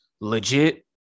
legit